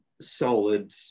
solid